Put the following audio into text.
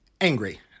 angry